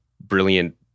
brilliant